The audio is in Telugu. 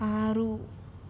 ఆరు